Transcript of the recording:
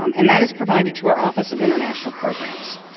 um and that is provided to our office of international programs.